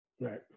right